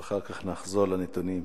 ואחר כך נחזור לנתונים,